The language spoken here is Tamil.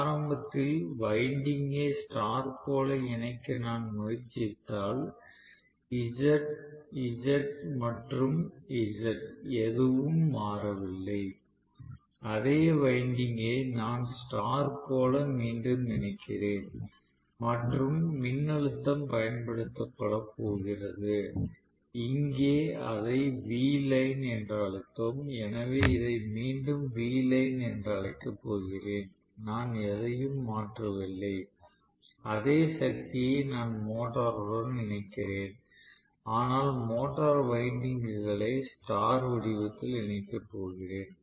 ஆரம்பத்தில் வைண்டிங்கை ஸ்டார் போல இணைக்க நான் முயற்சித்தால் இசட் இசட் மற்றும் இசட் எதுவும் மாறவில்லை அதே வைண்டிங்கை நான் ஸ்டார் போல மீண்டும் இணைக்கிறேன் அதே மின்னழுத்தம் பயன்படுத்தப்படப் போகிறது அங்கே இதை Vline என்று அழைத்தோம் எனவே இதை மீண்டும் Vline என்று அழைக்கப் போகிறேன் நான் எதையும் மாற்றவில்லை அதே சக்தியை நான் மோட்டருடன் இணைக்கிறேன் ஆனால் மோட்டார் வைண்டிங்க்குகளை ஸ்டார் வடிவத்தில் இணைக்கப் போகிறேன்